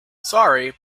sorry